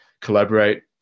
collaborate